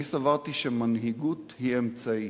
אני סברתי שמנהיגות היא אמצעי,